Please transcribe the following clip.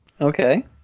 Okay